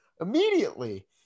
immediately